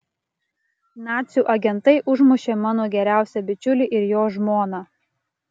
nacių agentai užmušė mano geriausią bičiulį ir jo žmoną